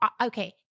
okay